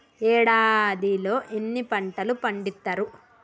ఏడాదిలో ఎన్ని పంటలు పండిత్తరు?